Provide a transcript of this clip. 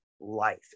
Life